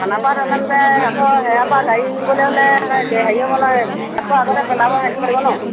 খানাপাৰাত তেন্তে আকৌ সেয়া পৰা গাড়ী নিবলৈ হ'লে হেৰি হ'ব নহয় আকৌ আগতে পেলাব হেৰি কৰিব ন'